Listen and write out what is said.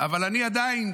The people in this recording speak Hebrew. אבל אני עדיין,